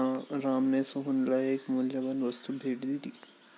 रामने सोहनला एक मौल्यवान वस्तू भेट दिली